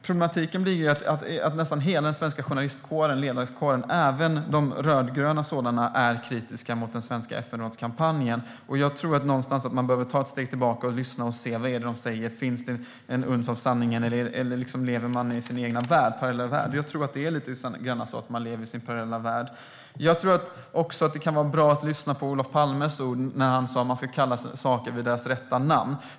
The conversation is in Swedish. Problematiken är att nästan hela den svenska journalistkåren och ledarskribenterna, även rödgröna sådana, är kritiska mot den svenska kampanjen för en plats i FN:s säkerhetsråd. Jag tror att man behöver ta ett steg tillbaka, lyssna och se vad det är de säger, om det finns ett uns av sanning eller om man lever i sin egen parallella värld. Jag tror att det är lite grann så att man lever i sin parallella värld. Jag tror också att det kan vara bra att lyssna på Olof Palmes ord att man ska kalla saker vid deras rätta namn.